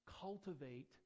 cultivate